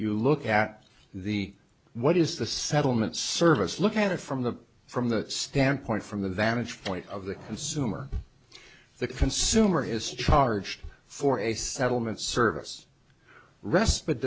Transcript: you look at the what is the settlement service look at it from the from the standpoint from the vantage point of the consumer the consumer is charged for a settlement service res